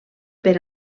per